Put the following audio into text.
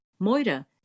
Moira